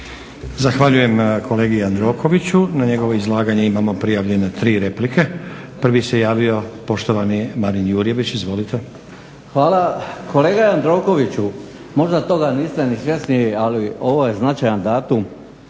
Zahvaljujem kolegi Jandrokoviću. Na njegovo izlaganje imamo prijavljene 3 replike. Prvi se javio poštovani Marin Jurjević. Izvolite. **Jurjević, Marin (SDP)** Hvala. Kolega Jandrokoviću, možda toga niste ni svjesni ali ovo je značajan datum